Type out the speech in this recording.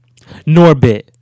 Norbit